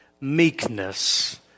meekness